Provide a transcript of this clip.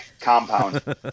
compound